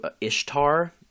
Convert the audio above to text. Ishtar